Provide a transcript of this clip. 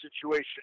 situation